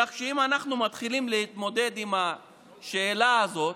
כך שאם אנחנו מתחילים להתמודד עם השאלה הזאת